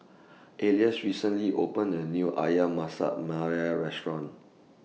Alys recently opened A New Ayam Masak Merah Restaurant